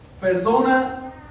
Perdona